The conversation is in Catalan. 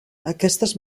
aquestes